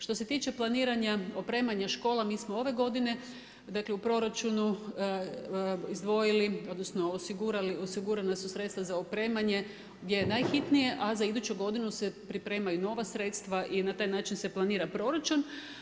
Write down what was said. Što se tiče planiranja, opremanja škola mi smo ove godine, dakle u proračunu izdvojili, odnosno osigurali, osigurana su sredstva za opremanje gdje je najhitnije a za iduću godinu se pripremaju nova sredstva i na taj način se planira proračun.